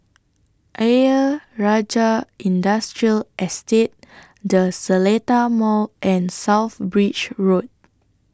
Ayer Rajah Industrial Estate The Seletar Mall and South Bridge Road